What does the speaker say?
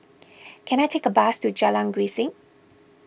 can I take a bus to Jalan Grisek